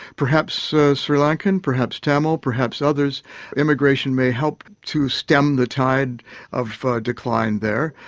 perhaps so sri lankan, perhaps tamil, perhaps others immigration may help to stem the tide of decline there.